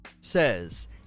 says